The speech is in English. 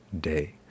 day